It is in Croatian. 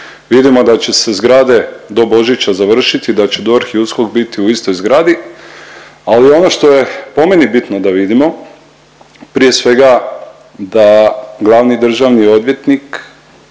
Vidimo da će se zgrade do Božića završiti da će DORH i USKOK bit u istoj zgradi, ali ono što je po meni bitno da vidimo, prije svega da glavni državni odvjetnik,